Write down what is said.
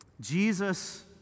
Jesus